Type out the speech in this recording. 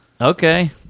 Okay